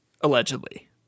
allegedly